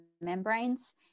membranes